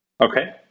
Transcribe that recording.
Okay